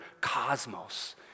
cosmos